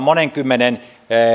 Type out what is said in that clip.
monen kymmenen